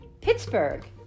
pittsburgh